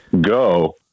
go